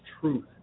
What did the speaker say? truth